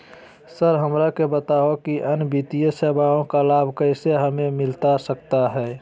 Sir हमरा के बताओ कि अन्य वित्तीय सेवाओं का लाभ कैसे हमें मिलता सकता है?